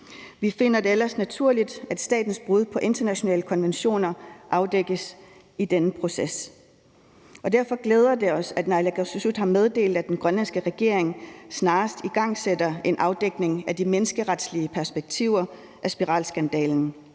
Vi finder det ellers naturligt, at statens brud på internationale konventioner afdækkes i denne proces. Derfor glæder det os, at naalakkersuisut har meddelt, at den grønlandske regering snarest igangsætter en afdækning af de menneskeretlige perspektiver af spiralskandalen.